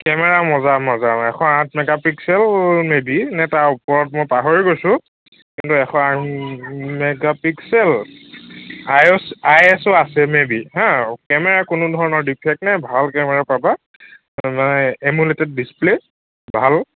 camera মজা মজা এশ আঠ মেগা পিক্সেল মেবি নে তাৰ ওপৰত মই পাহৰি গৈছোঁ কিন্তু এশ আঠ megapixel I S I S O আছে মেবি হা কেমেৰা কোনো ধৰণৰ ডিফেক্ট নাই ভাল কেমেৰা পাবা মানে এমুলে'ড ডিছপ্লে' ভাল